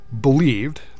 believed